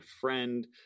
friend